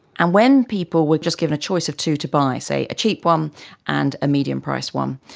and when people were just given a choice of two to buy, say a cheap one and a medium priced one,